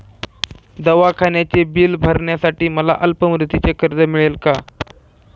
दवाखान्याचे बिल भरण्यासाठी मला अल्पमुदतीचे कर्ज मिळेल का?